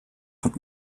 von